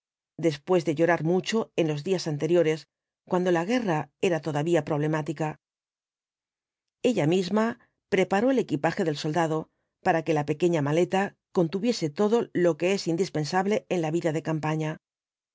después de llorar mucho en los días anteriores cuando la guerra era todavía problemática ella misma preparó el equipaje del soldado para que la pequeña maleta contuviese todo lo que es indispensable e a la vida de campaña